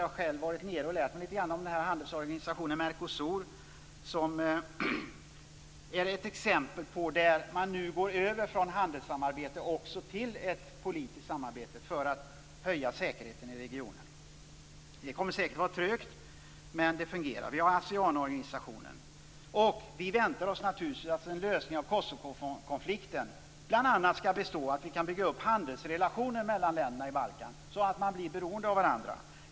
Jag har själv varit där och lärt mig lite om handelsorganisationen Mercosur. Man går nu där över från handelssamarbete till ett politiskt samarbete för att höja säkerheten i regionen. Det kommer säkert att gå trögt, men det fungerar. Där finns också Asean. Vi väntar oss naturligtvis att en lösning av Kosovokonflikten bl.a. skall innebära att handelsrelationer byggs upp mellan länderna på Balkan, så att länderna blir beroende av varandra.